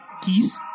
Keys